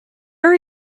are